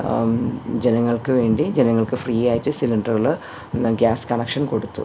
ജനങ്ങൾക്ക് വേണ്ടി ജനങ്ങൾക്ക് ഫ്രീ ആയിട്ട് സിലിണ്ടറുകൾ എല്ലാം ഗ്യാസ് കണക്ഷൻ കൊടുത്തു